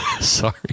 Sorry